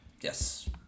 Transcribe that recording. Yes